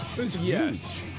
Yes